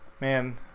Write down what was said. Man